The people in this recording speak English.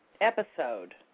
episode